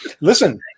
Listen